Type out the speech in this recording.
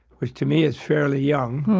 which to me is fairly young